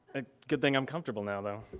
good thing i'm comfortable now, though.